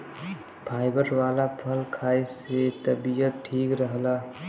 fibre वाला फल खाए से तबियत ठीक रहला